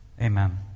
Amen